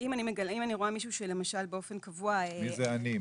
אם אני רואה מישהו שלמשל באופן קבוע --- מי זה אני?